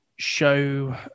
show